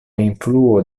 influo